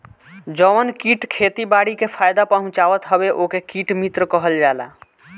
जवन कीट खेती बारी के फायदा पहुँचावत हवे ओके कीट मित्र कहल जाला